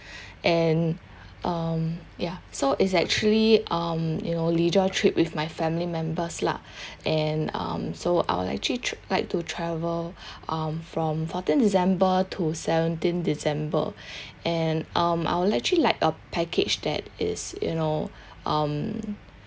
and um yeah so it's actually um you know leisure trip with my family members lah and um so I would actually tr~ like to travel um from fourteen december to seventeen december and um I would actually like a package that is you know um